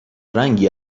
رنگی